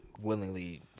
willingly